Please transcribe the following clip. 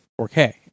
4k